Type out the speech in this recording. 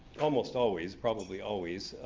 almost always, probably always,